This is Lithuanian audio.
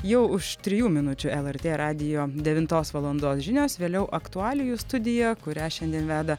jau už trijų minučių lrt radijo devintos valandos žinios vėliau aktualijų studija kurią šiandien veda